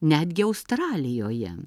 netgi australijoje